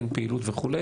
אין פעילות וכו',